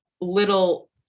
little